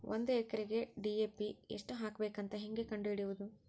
ಒಂದು ಎಕರೆಗೆ ಡಿ.ಎ.ಪಿ ಎಷ್ಟು ಹಾಕಬೇಕಂತ ಹೆಂಗೆ ಕಂಡು ಹಿಡಿಯುವುದು?